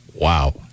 Wow